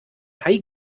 hai